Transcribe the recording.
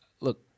Look